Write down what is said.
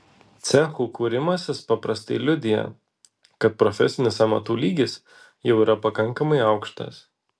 cechų kūrimasis paprastai liudija kad profesinis amatų lygis jau yra pakankamai aukštas